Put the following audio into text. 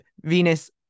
Venus